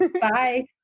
Bye